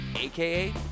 aka